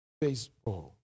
Baseball